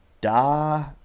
Da